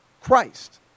Christ